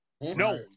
No